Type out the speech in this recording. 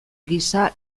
gisa